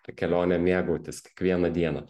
tai kelionė mėgautis kiekviena diena